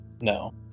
No